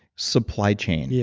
supply chain. yeah